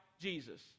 Jesus